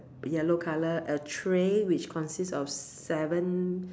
yellow color a tray which consist of seven